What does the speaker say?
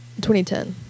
2010